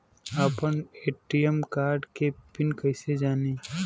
आपन ATM card के PIN कईसे जानी?